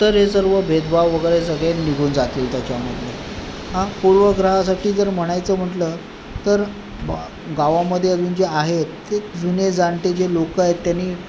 तर हे सर्व भेदभाव वगैरे सगळे निघून जातील त्याच्यामधले हां पूर्वग्रहासाठी जर म्हणायचं म्हटलं तर गावामधे अजून जे आहेत ते जुने जाणते जे लोक आहेत त्यांनी